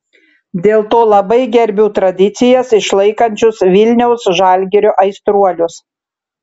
dėl to labai gerbiu tradicijas išlaikančius vilniaus žalgirio aistruolius